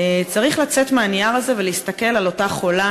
צריך לצאת מהנייר הזה ולהסתכל על אותה חולה,